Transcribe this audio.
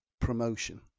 promotion